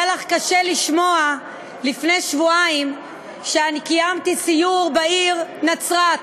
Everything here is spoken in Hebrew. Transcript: היה לך קשה לשמוע לפני שבועיים שקיימתי סיור בעיר נצרת,